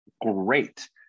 Great